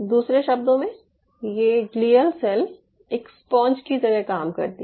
दूसरे शब्दों में ये ग्लियल सेल एक स्पंज के रूप में काम करती हैं